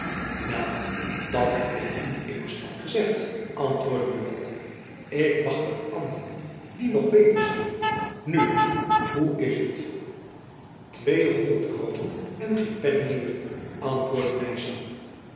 wel dat heb ik u immers al gezeid antwoordde buat ik wacht er anderen die nog beter zijn nu hoe is het tweehonderd kroonen en geen penning meer antwoordde nyssen